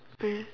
eh